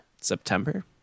September